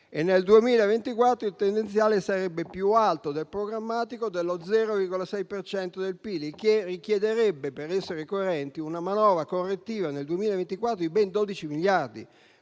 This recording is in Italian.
nel 2024 il tendenziale sarebbe più alto del programmatico dello 0,6 per cento del PIL, il che richiederebbe - per essere coerenti - una manovra correttiva nel 2024 di ben 12 miliardi,